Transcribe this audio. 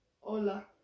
Hola